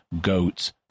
goats